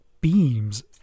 beams